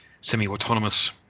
semi-autonomous